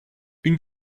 une